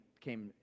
came